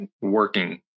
working